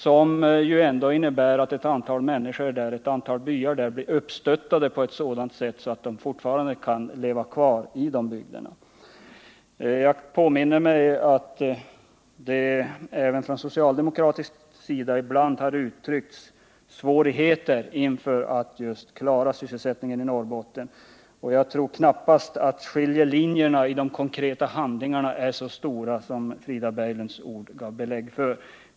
Det innebär trots allt att ett antal människor och byar där stöttas på ett sådant sätt att människorna fortfarande kan leva kvar i de bygderna. Jag påminner mig att man även från socialdemokratisk sida ibland har uttryckt hur svårt det är att just klara sysselsättningen i Norrbotten. Och jag tror knappast att skillnaderna i de konkreta handlingarna är så stora som Frida Berglunds ord gav intryck av.